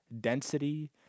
Density